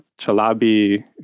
Chalabi